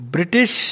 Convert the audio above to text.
British